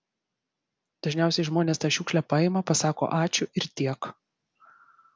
dažniausiai žmonės tą šiukšlę paima pasako ačiū ir tiek